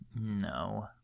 no